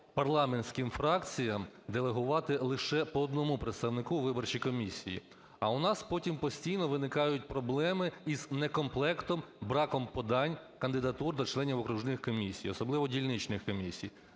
парламентським фракціям делегувати лише по одному представнику у виборчі комісії. А у нас потім постійно виникають проблем із некомплектом, браком подань кандидатур до членів окружних комісій, особливо дільничних комісій,